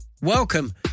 Welcome